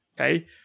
okay